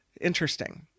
Interesting